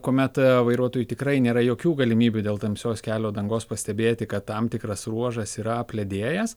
kuomet vairuotojui tikrai nėra jokių galimybių dėl tamsios kelio dangos pastebėti kad tam tikras ruožas yra apledėjęs